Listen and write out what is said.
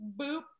boop